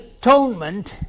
atonement